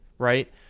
Right